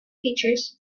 features